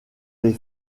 des